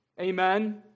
Amen